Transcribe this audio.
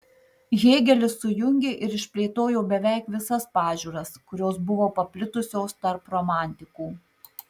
hėgelis sujungė ir išplėtojo beveik visas pažiūras kurios buvo paplitusios tarp romantikų